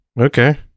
Okay